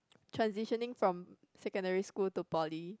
transitioning from secondary school to Poly